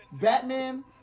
Batman